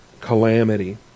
calamity